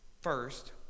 first